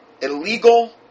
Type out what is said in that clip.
Illegal